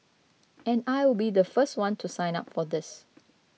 and I will be the first one to sign up for these